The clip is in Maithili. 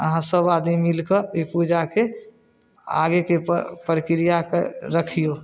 अहाँ सभ आदमी मिलकऽ एहि पूजाके आगेके पऽ प्रक्रियाके रखिऔ